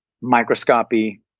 microscopy